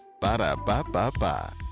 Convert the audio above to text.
Ba-da-ba-ba-ba